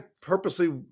purposely